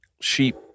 sheep